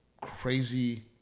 crazy